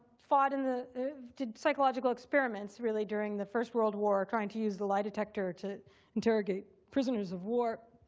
fought in the did psychological experiments, really, during the first world war, trying to use the lie detector to interrogate prisoners of war.